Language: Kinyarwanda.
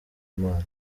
mana